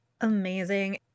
Amazing